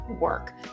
work